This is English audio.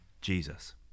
Jesus